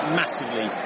massively